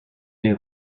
les